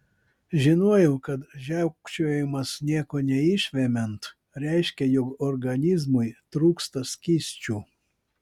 žinojau kad žiaukčiojimas nieko neišvemiant reiškia jog organizmui trūksta skysčių